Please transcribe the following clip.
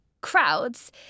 crowds